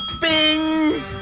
Bing